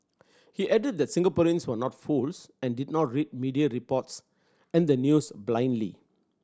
he added that Singaporeans were not fools and did not read media reports and the news blindly